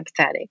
empathetic